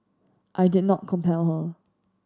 I did not compel her